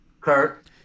Kurt